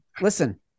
Listen